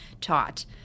taught